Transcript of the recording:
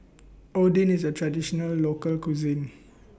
Oden IS A Traditional Local Cuisine